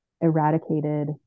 eradicated